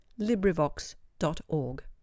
LibriVox.org